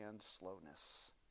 slowness